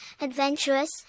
adventurous